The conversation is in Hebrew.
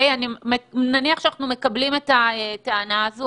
נניח שאנחנו מקבלים את הטענה הזו,